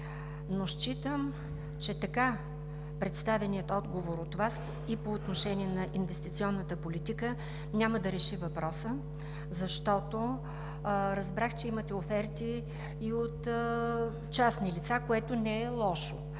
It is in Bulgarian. но считам, че така представеният отговор от Вас и по отношение на инвестиционната политика няма да реши въпроса, защото разбрах, че имате оферти и от частни лица, което не е лошо